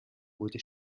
wurde